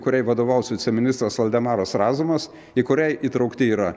kuriai vadovaus viceministras valdemaras razumas į kurią įtraukti yra